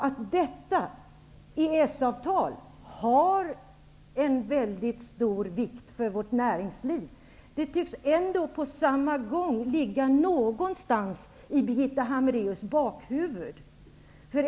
Att detta EES-avtal har en väldigt stor betydelse för vårt näringsliv tycks ändå ligga någonstans i Birgitta Hambraeus bakhuvud.